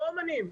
לא אומנים,